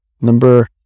number